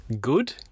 good